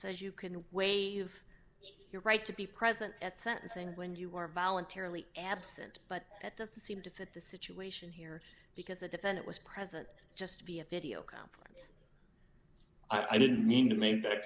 says you can waive your right to be present at sentencing when you are voluntarily absent but that doesn't seem to fit the situation here because the defendant was present just be a video company i didn't mean to make that